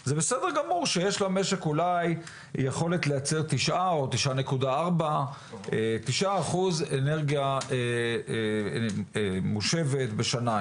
זה בסדר שלמשק יש אולי יכולת לייצר 9% או 9.4% אנרגיה מושבת בשנה,